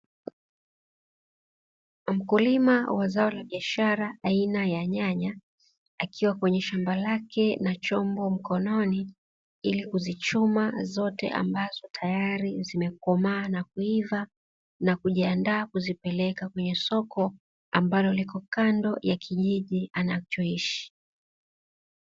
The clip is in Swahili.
Mkulima wa zao la biashara aina ya nyanya akiwa kwenye shamba lake na chombo mkononi, ili kuzichuma zote ambazo tayari zimekomaa na kuiva na kujiandaa kuzipeleka kwenye soko ambalo liko kando ya kijiji anachoishi.